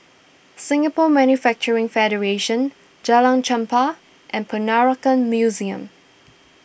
Singapore Manufacturing Federation Jalan Chempah and Peranakan Museum